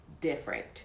different